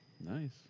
Nice